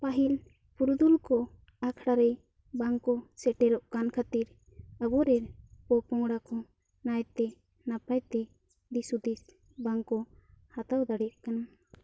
ᱯᱟᱹᱦᱤᱞ ᱯᱩᱨᱩᱫᱷᱩᱞ ᱠᱚ ᱟᱠᱷᱲᱟ ᱨᱮ ᱵᱟᱝ ᱠᱚ ᱥᱮᱴᱮᱨᱚᱜ ᱠᱟᱱ ᱠᱷᱟᱹᱛᱤᱨ ᱟᱵᱚᱨᱮᱱ ᱯᱚᱯᱚᱝᱲᱟ ᱠᱚ ᱱᱟᱭ ᱛᱮ ᱱᱟᱯᱟᱭ ᱛᱮ ᱫᱤᱥ ᱦᱩᱫᱤᱥ ᱵᱟᱝ ᱠᱚ ᱦᱟᱛᱟᱣ ᱫᱟᱲᱮᱭᱟᱜ ᱠᱟᱱᱟ